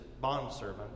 bondservant